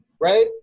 right